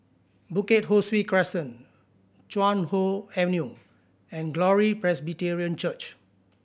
Bukit Ho Swee Crescent Chuan Hoe Avenue and Glory Presbyterian Church